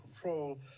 control